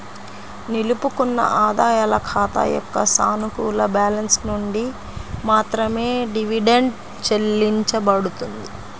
నిలుపుకున్న ఆదాయాల ఖాతా యొక్క సానుకూల బ్యాలెన్స్ నుండి మాత్రమే డివిడెండ్ చెల్లించబడుతుంది